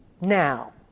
now